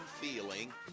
Feeling